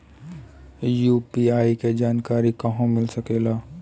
UPI के जानकारी कहवा मिल सकेले?